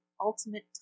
ultimate